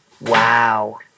Wow